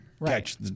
Right